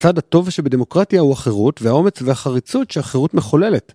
‫הצד הטוב שבדמוקרטיה הוא החירות ‫והאומץ והחריצות שהחירות מחוללת.